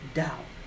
doubt